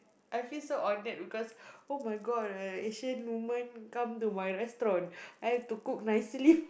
I feel so honoured because [oh]-my-god as Asian woman come to my restaurant I have to cook nicely